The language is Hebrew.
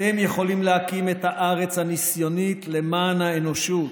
אתם יכולים להקים את הארץ הניסיונית למען האנושות,